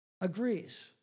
agrees